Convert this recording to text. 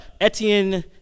Etienne